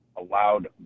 allowed